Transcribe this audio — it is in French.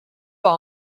pas